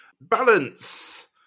Balance